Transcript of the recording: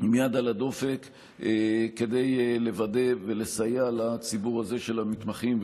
צריכים להיות עם יד על הדופק כדי לסייע לציבור הזה של המתמחים,